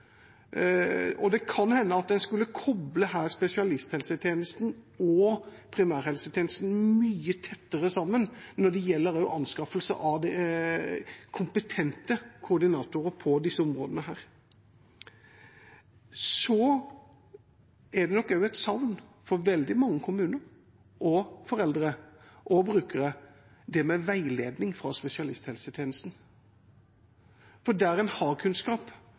Det kan hende at en skulle koble spesialisthelsetjenesten og primærhelsetjenesten mye tettere sammen også når det gjelder anskaffelse av kompetente koordinatorer på disse områdene. Veiledning fra spesialisthelsetjenesten er nok også et savn for veldig mange kommuner og for foreldre og brukere, for der en har kunnskap,